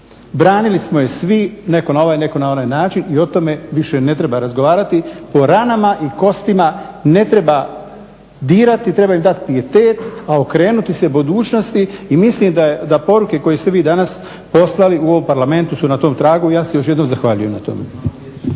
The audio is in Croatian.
Branili smo je svi netko na ovaj, netko na onaj način i o tome više ne treba razgovarati. O ranama i kostima ne treba dirati, treba im dati pijetet a okrenuti se budućnosti i mislim da poruke koje ste vi danas poslali u ovom Parlamentu su na tom tragu. Ja se još jednom zahvaljujem na tome.